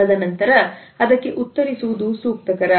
ತದನಂತರ ಅದಕ್ಕೆ ಉತ್ತರಿಸುವುದು ಸೂಕ್ತ ಕರ